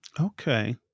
okay